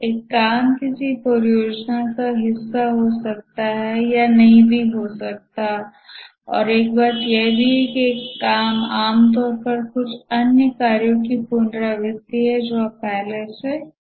एक काम किसी परियोजना का हिस्सा हो सकता है या नहीं भी हो सकता है और एक बात यह है कि एक काम आम तौर पर कुछ अन्य कार्यों की पुनरावृत्ति है जो आप पहले से कर चुके हैं